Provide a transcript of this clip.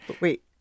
wait